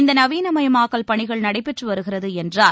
இந்த நவீனமயமாக்கல் பணிகள் நடைபெற்று வருகிறது என்றார்